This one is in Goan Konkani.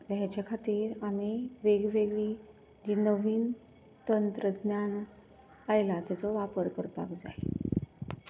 हेचे खातीर आमी वेगवेगळी जी नवीं तंत्रज्ञान आयला ताचो वापर करपाक जाय